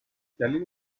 دلیل